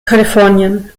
kalifornien